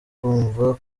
kumva